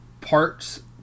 Parts